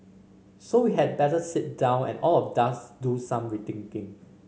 so we had better sit down and all of thus do some rethinking